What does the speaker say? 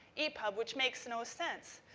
epub, which makes no sense.